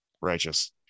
Righteous